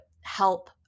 help